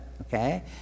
okay